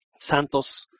Santos